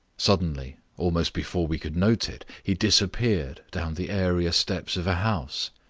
suddenly, almost before we could note it, he disappeared down the area steps of a house.